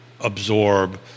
absorb